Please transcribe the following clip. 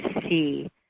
see